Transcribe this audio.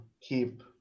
keep